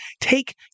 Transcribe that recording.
take